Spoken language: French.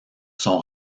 sont